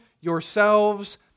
yourselves